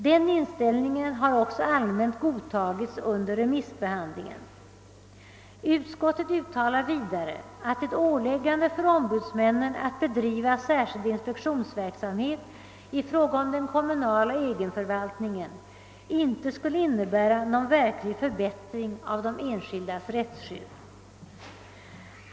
Den inställningen har också allmänt godtagits under remissbehandlingen. Utskottet uttalar vidare, att ett åläggande för ombudsmännen att bedriva särskild inspektionsverksamhet i fråga om den kommunala egenförvaltningen inte skulle innebära någon verklig förbättring av de enskildas rättsskydd.